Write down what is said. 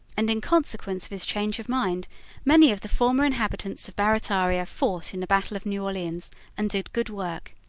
and in consequence of his change of mind many of the former inhabitants of barrataria fought in the battle of new orleans and did good work.